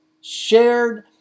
shared